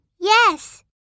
Yes